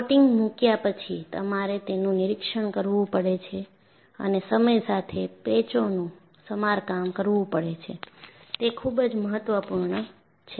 coating મૂક્યા પછી તમારે તેનું નિરીક્ષણ કરવું પડે છે અને સમય સાથે પેચોનું સમારકામ કરવું પડે છે તે ખૂબ જ મહત્વપૂર્ણ છે